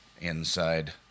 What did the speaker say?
Inside